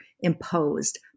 imposed